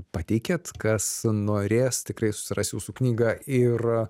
pateikėt kas norės tikrai susiras jūsų knygą ir